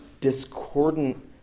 discordant